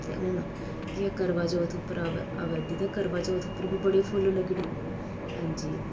ते हून जियां करवाचौथ उप्पर आवा अवा दी तां करवाचौथ उप्पर बी बड़े फुल्ल लग्गने हां जी